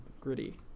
gritty